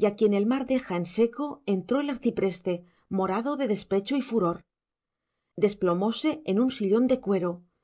y a quien el mar deja en seco entró el arcipreste morado de despecho y furor desplomóse en un sillón de cuero